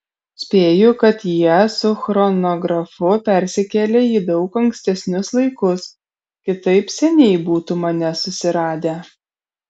spėju kad jie su chronografu persikėlė į daug ankstesnius laikus kitaip seniai būtų mane susiradę